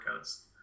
workouts